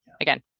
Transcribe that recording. again